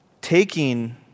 Taking